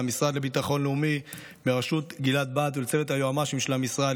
למשרד לביטחון לאומי בראשות גלעד בהט ולצוות היועצים המשפטיים של המשרד,